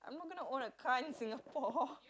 I'm not gonna own a car in Singapore